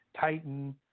titan